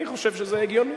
אני חושב שזה הגיוני.